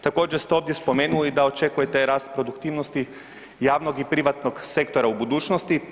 Također ste ovdje spomenuli da očekujete i rast produktivnosti javnog i privatnog sektora u budućnosti.